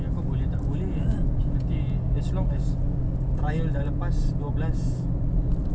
bagi aku boleh tak boleh nanti as long as trial dah lepas dua belas